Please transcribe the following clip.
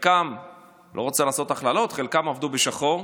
חלקם עבדו בשחור,